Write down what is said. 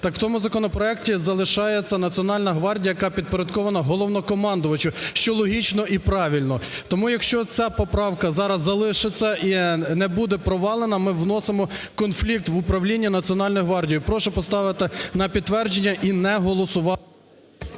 так в тому законопроекті залишається Національна гвардія, яка підпорядкована Головнокомандувачу, що логічно і правильно. Тому, якщо ця правка зараз залишиться і не буде провалена, ми вносимо конфлікт в управління Національною гвардією. Прошу поставити на підтвердження і не голосувати.